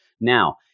Now